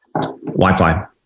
Wi-Fi